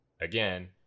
again